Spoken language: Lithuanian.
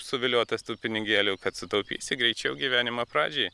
suviliotas tų pinigėlių kad sutaupysi greičiau gyvenimo pradžiai